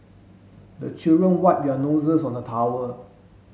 the children wipe their noses on the towel